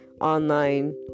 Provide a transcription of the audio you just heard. online